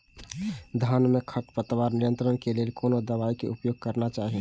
धान में खरपतवार नियंत्रण के लेल कोनो दवाई के उपयोग करना चाही?